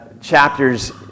chapters